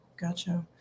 Gotcha